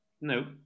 No